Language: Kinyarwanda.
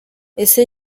ese